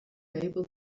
able